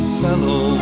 fellow